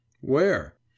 Where